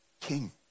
King